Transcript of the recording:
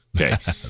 Okay